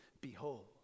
behold